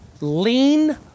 lean